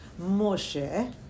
Moshe